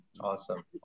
Awesome